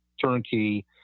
turnkey